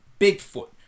Bigfoot